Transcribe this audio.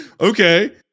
Okay